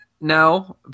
no